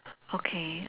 okay